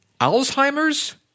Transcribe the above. Alzheimer's